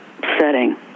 setting